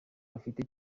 bafite